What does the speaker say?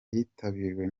yitabiriwe